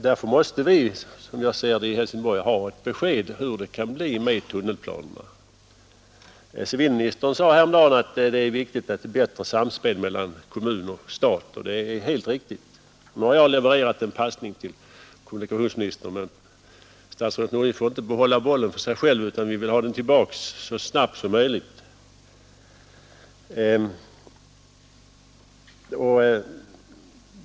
Därför måste vi, som jag ser det, i Helsingborg ha ett besked om hur det kan bli med tunnelplanerna. Civilministern sade häromdagen att det är viktigt med ett bättre samspel mellan kommuner och stat, och det är helt riktigt. Nu har jag slagit en passning till kommunikationsministern, men han får inte behålla bollen. Vi vill ha den tillbaka så snabbt som möjligt.